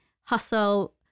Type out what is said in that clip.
Hustle